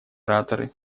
ораторы